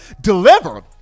deliver